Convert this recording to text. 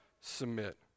submit